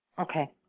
Okay